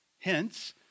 Hence